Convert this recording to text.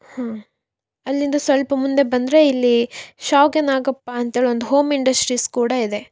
ಹಾಂ ಅಲ್ಲಿಂದ ಸ್ವಲ್ಪ ಮುಂದೆ ಬಂದರೆ ಇಲ್ಲಿ ಶಾವಿಗೆ ನಾಗಪ್ಪ ಅಂತ ಹೇಳಿ ಒಂದು ಹೋಮ್ ಇಂಡಸ್ಟ್ರೀಸ್ ಕೂಡ ಇದೆ